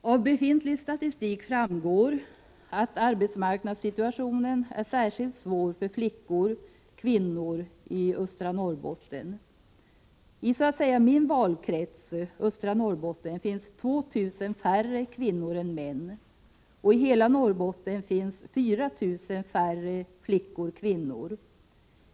Av befintlig statistik framgår att arbetsmarknadssituationen är särskilt svår för flickor kvinnor,